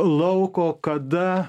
lauko kada